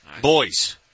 Boys